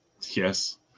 Yes